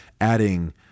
adding